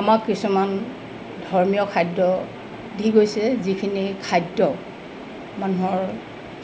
আমাক কিছুমান ধৰ্মীয় খাদ্য দি গৈছে যিখিনি খাদ্য মানুহৰ